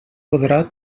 podrà